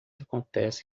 acontece